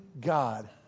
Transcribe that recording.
God